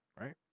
right